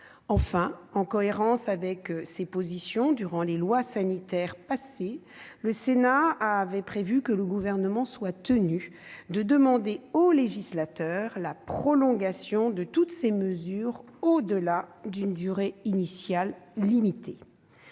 Enfin, en cohérence avec ses positions sur les textes sanitaires précédents, le Sénat avait prévu que le Gouvernement soit tenu de demander au législateur la prolongation de toutes ces mesures au-delà d'une durée initiale limitée.